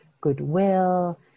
goodwill